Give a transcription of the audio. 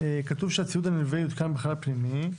כתוב שהציוד הנלווה יותקן בחלל הפנימי,